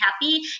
happy